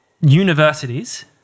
universities